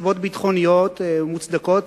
מסיבות ביטחוניות ומוצדקות,